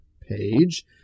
page